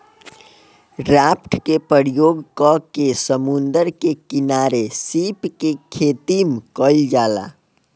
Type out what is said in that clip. raft के प्रयोग क के समुंद्र के किनारे सीप के खेतीम कईल जाला